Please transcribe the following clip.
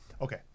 Okay